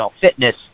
fitness